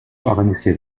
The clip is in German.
organisiert